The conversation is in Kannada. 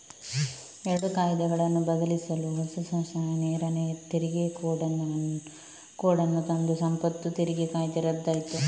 ಎರಡು ಕಾಯಿದೆಗಳನ್ನು ಬದಲಿಸಲು ಹೊಸ ಶಾಸನ ನೇರ ತೆರಿಗೆ ಕೋಡ್ ಅನ್ನು ತಂದು ಸಂಪತ್ತು ತೆರಿಗೆ ಕಾಯ್ದೆ ರದ್ದಾಯ್ತು